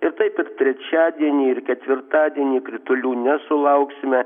ir taip ir trečiadienį ir ketvirtadienį kritulių nesulauksime